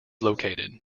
located